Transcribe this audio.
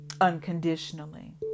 unconditionally